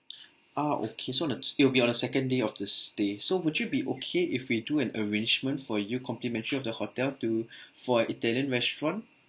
ah okay so on the t~ it will be on a second day of the stay so would you be okay if we do an arrangement for you complimentary of the hotel to for a italian restaurant